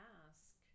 ask